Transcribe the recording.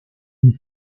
une